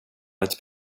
ett